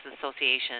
Association